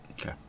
Okay